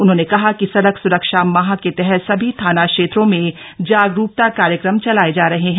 उन्होंने कहा कि सड़क स्रक्षा माह के तहत सभी थाना क्षेत्रों में जागरूकता कार्यक्रम चलाये जा रहे हैं